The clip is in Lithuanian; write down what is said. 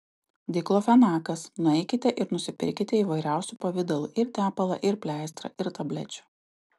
diklofenakas nueikite ir nusipirkite įvairiausių pavidalų ir tepalą ir pleistrą ir tablečių